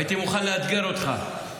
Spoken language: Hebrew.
הייתי מוכן לאתגר אותך.